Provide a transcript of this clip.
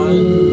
One